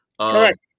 Correct